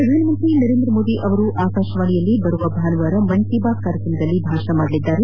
ಪ್ರಧಾನಮಂತ್ರಿ ನರೇಂದ್ರ ಮೋದಿ ಅವರು ಆಕಾಶವಾಣಿಯಲ್ಲಿ ಬರುವ ಭಾನುವಾರ ಮನ್ ಕಿ ಬಾತ್ ಕಾರ್ಯಕ್ರಮದಲ್ಲಿ ಭಾಷಣ ಮಾಡಲಿದ್ದಾರೆ